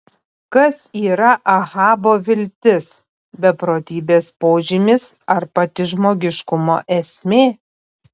kas yra ahabo viltis beprotybės požymis ar pati žmogiškumo esmė